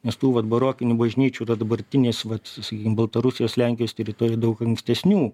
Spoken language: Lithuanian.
nes tų vat barokinių bažnyčių yra dabartinės vat sakykim baltarusijos lenkijos teritorijoj daug ankstesnių